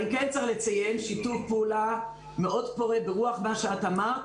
אני כן צריך לציין שיתוף פעולה מאוד פורה ברוח מה שאת אמרת